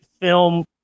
film